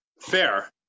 Fair